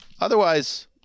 Otherwise